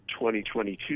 2022